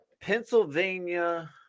Pennsylvania